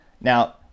Now